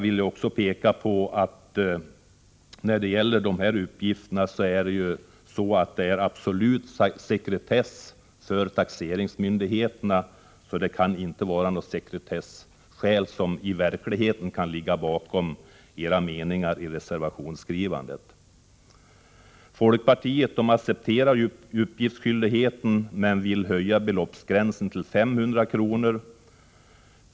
I fråga om dessa uppgifter vill jag påminna om att taxeringsmyndigheterna har absolut sekretesskyldighet, varför dessa skäl i verkligheten inte gärna kan ligga bakom era reservationsskrivningar. Folkpartiet accepterar uppgiftsskyldigheten men vill höja beloppsgränsen till 500 kr.